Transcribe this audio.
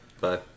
Bye